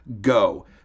go